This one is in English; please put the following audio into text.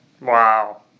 Wow